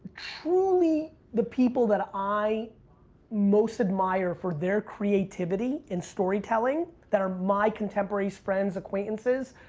truly the people that i most admire for their creativity in storytelling that are my contemporaries, friends, acquaintances.